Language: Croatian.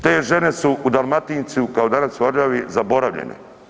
Te žene su u Dalmatinci, kao danas u Orljavi, zaboravljene.